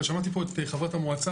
אבל שמעתי פה את חברת המועצה,